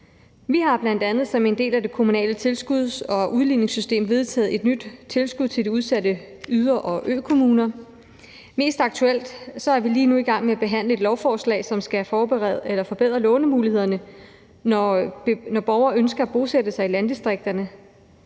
Vi har bl.a. som en del af det kommunale tilskuds- og udligningssystem vedtaget et nyt tilskud til de udsatte yder- og økommuner. Mest aktuelt er vi lige nu i gang med at behandle et lovforslag, som skal forbedre lånemulighederne, når borgere ønsker at bosætte sig i landdistrikterne,